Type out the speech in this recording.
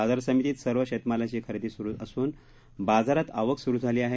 बाजार समितीत सर्व शेतमालाची खरेदी सुरू असून बाजारात आवक सुरू झाली आहे